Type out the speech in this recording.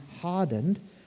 hardened